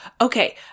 Okay